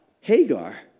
Hagar